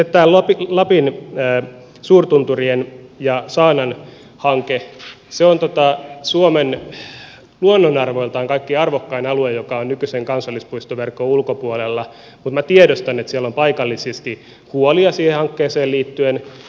sitten tämä lapin suurtunturien ja saanan hanke on suomen luonnonarvoiltaan kaikkein arvokkain alue joka on nykyisen kansallispuistoverkon ulkopuolella mutta minä tiedostan että siellä on paikallisesti huolia siihen hankkeeseen liittyen